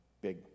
big